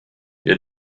you